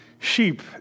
Sheep